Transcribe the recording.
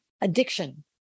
addiction